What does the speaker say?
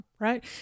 right